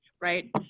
Right